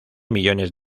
millones